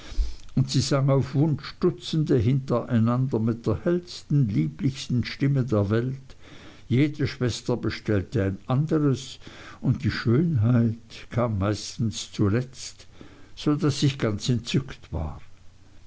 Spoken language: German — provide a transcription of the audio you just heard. und sie sang auf wunsch dutzende hintereinander mit der hellsten lieblichsten stimme der welt jede schwester bestellte ein anderes und die schönheit kam meistens zuletzt so daß ich ganz entzückt war